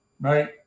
Right